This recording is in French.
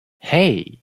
hey